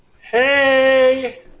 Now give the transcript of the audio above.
Hey